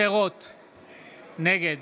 נגד